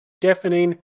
deafening